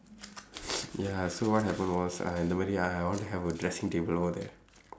ya so what happen was uh nobody ah I want to have a dressing table all there